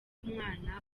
umwana